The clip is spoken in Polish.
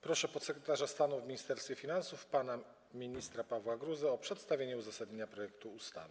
Proszę podsekretarza stanu w Ministerstwie Finansów pana ministra Pawła Gruzę o przedstawienie uzasadnienia projektu ustawy.